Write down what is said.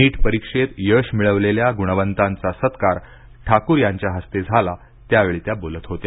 नीट परीक्षेत यश मिळविलेल्या ग्णवंतांचा सत्कार ठाकूर यांच्या हस्ते झाला त्यावेळी त्या बोलत होत्या